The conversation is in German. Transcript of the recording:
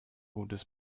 gutes